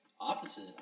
Opposite